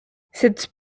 cette